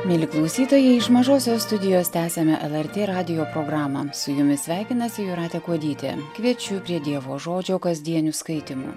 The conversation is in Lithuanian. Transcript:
mieli klausytojai iš mažosios studijos tęsiame lrt radijo programą su jumis sveikinasi jūratė kuodytė kviečiu prie dievo žodžio kasdienių skaitymų